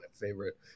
favorite